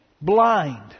blind